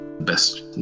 best